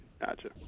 Gotcha